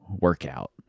workout